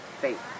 Faith